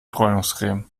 bräunungscreme